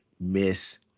miss